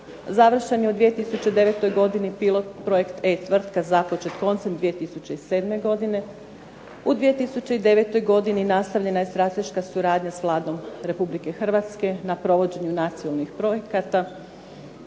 Završen je u 2009. godini pilot projekt E-tvrtka započet koncem 2007. godine. U 2009. godini nastavljena je strateška suradnja sa Vladom Republike Hrvatske na provođenju nacionalnih projekata.